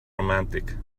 romantic